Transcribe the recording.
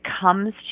comes